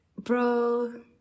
bro